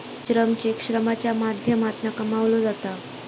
श्रम चेक श्रमाच्या माध्यमातना कमवलो जाता